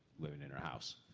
living in her house.